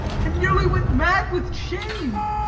and nearly went mad with shame.